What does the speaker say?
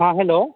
हाँ हलो